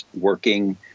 working